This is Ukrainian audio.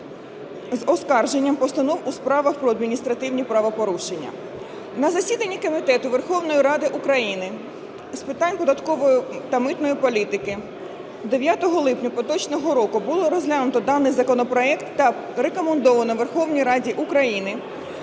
з оскарженням постанов у справах про адміністративні правопорушення. На засіданні Комітету Верховної Ради України з питань податкової та митної політики 9 липня поточного року було розглянуто даний законопроект та рекомендовано Верховній Раді України